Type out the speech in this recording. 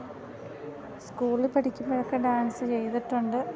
സ്കൂളിൽ പഠിക്കുമ്പോഴൊക്കെ ഡാൻസ് ചെയ്തിട്ടുണ്ട്